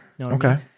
Okay